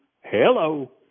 hello